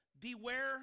Beware